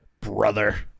brother